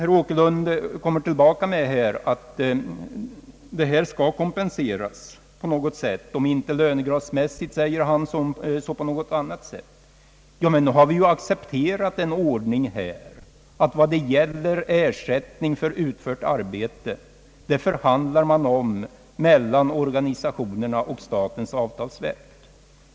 Herr Åkerlund kommer tillbaka med kravet att denna högre kompetens skall kompenseras — om det inte går lönegradsmässigt, säger han, bör det kunna kompenseras på något annat sätt. Ja, men nu har vi ju accepterat en ordning som säger att ersättning för utfört arbete förhandlar man om, och detta görs mellan organisationerna och statens avtalsverk.